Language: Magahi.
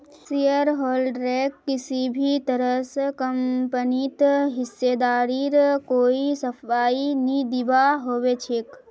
शेयरहोल्डरक किसी भी तरह स कम्पनीत हिस्सेदारीर कोई सफाई नी दीबा ह छेक